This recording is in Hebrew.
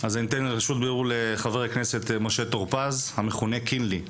רשות הדיבור לחבר הכנסת משה טור פז, המכונה קינלי.